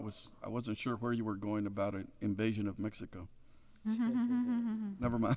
was i wasn't sure where you were going about it invasion of mexico never mind